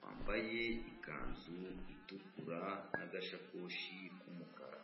wambaye ikanzu itukura n'gasakoshi k'umukara.